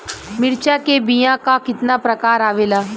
मिर्चा के बीया क कितना प्रकार आवेला?